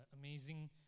amazing